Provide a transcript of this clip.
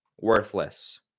worthless